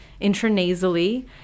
intranasally